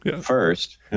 First